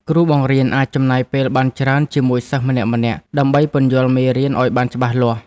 គ្រូបង្រៀនអាចចំណាយពេលបានច្រើនជាមួយសិស្សម្នាក់ៗដើម្បីពន្យល់មេរៀនឱ្យបានច្បាស់លាស់។